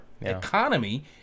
economy